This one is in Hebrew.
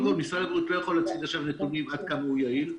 משרד הבריאות לא יכול להציג עכשיו נתונים עד כמה הוא יעיל,